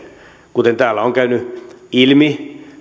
kuten täällä on käynyt ilmi